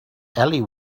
ellie